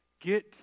Get